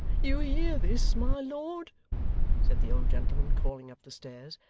you hear this, my lord said the old gentleman, calling up the stairs,